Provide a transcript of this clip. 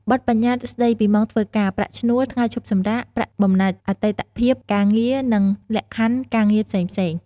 បទប្បញ្ញត្តិស្តីពីម៉ោងធ្វើការ ប្រាក់ឈ្នួល ថ្ងៃឈប់សម្រាក ប្រាក់បំណាច់អតីតភាពការងារ និងលក្ខខណ្ឌការងារផ្សេងៗ។